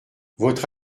votre